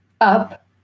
up